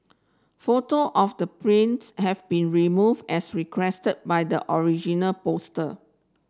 photo of the planes have been removed as requested by the original poster